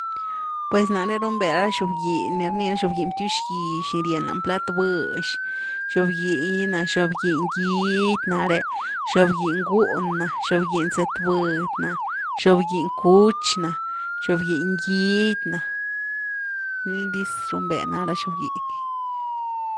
Pues nare run be ra xob giny ni rnin xob giny btywx gyx ni rien lany plat bhëx, xob giny gy na, xo0b giny gidy nare, xob giny gún na, xob giny zëtbudy na, xob giny cuch na, xob giny gidy na, ni dis runbe ná ra xob giny.